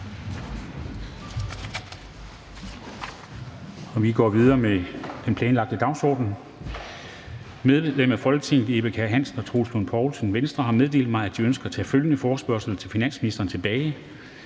Formanden (Henrik Dam Kristensen): Medlemmer af Folketinget Eva Kjer Hansen (V) og Troels Lund Poulsen (V) har meddelt mig, at de ønsker at tage følgende forespørgsel til finansministeren tilbage: